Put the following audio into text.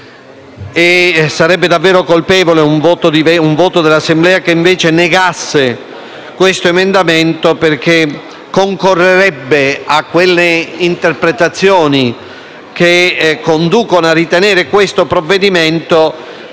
Sarebbe davvero colpevole un voto dell'Assemblea che, invece, rigettasse questo emendamento, perché concorrerebbe ad alimentare quelle interpretazioni che conducono a ritenere il provvedimento